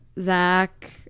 Zach